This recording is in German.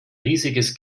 riesiges